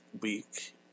week